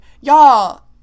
y'all